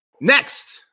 Next